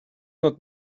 not